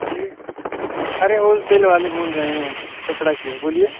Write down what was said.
बोलिए अरे होलसेल वाले बोल रहे हैं कपड़ा की बोलिए